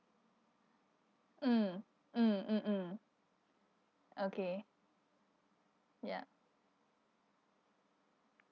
mm mm mm mm okay ya